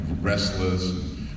restless